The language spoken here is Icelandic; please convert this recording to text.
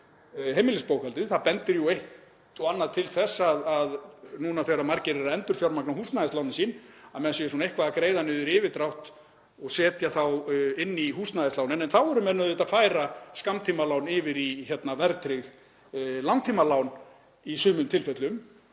inn í heimilisbókhaldið. Það bendir jú eitt og annað til þess núna þegar margir eru að endurfjármagna húsnæðislán sín að menn séu eitthvað að greiða niður yfirdrátt og setja þá inn í húsnæðislánin en þá eru menn að færa skammtímalán yfir í verðtryggð langtímalán í sumum tilfellum